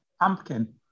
pumpkin